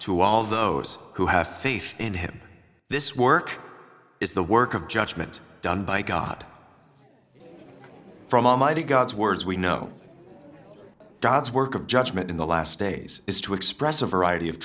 to all those who have faith in him this work is the work of judgment done by god from almighty god's words we know god's work of judgment in the last days is to express a variety of